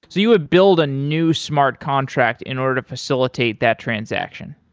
you would build a new smart contract in order to facilitate that transaction.